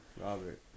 Robert